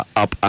up